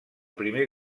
primer